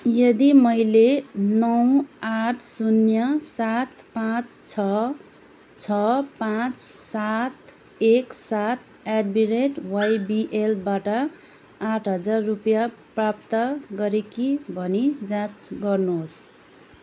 यदि मैले नौ आठ शून्य सात पाँच छ छ पाँच सात एक सात एट द रेट वाइबिएलबाट आठ हजार रुपैयाँ प्राप्त गरेँ कि भनी जाँच गर्नुहोस्